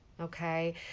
Okay